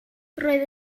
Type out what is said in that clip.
roedd